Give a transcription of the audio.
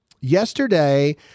Yesterday